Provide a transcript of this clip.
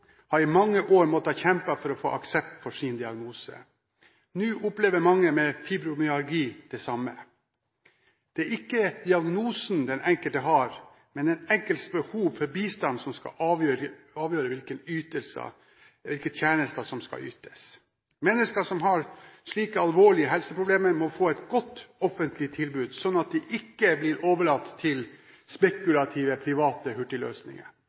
har i mange år måttet kjempe for å få aksept for sin diagnose. Nå opplever mange med fibromyalgi det samme. Det er ikke diagnosen den enkelte har, men den enkeltes behov for bistand som skal avgjøre hvilke tjenester som skal ytes. Mennesker som har slike alvorlige helseproblemer, må få et godt offentlig tilbud, slik at de ikke blir overlatt til spekulative private hurtigløsninger.